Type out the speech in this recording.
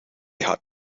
had